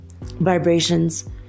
vibrations